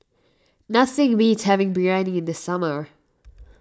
nothing beats having Biryani in the summer